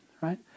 right